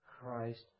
Christ